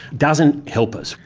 doesn't help us.